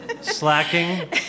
Slacking